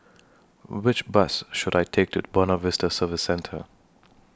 Which Bus should I Take to Buona Vista Service Centre